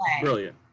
Brilliant